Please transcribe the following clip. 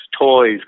toys